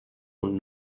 und